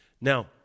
Now